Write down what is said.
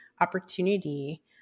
opportunity